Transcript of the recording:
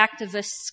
activists